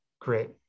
great